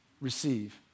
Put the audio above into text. receive